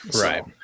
right